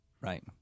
Right